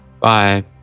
Bye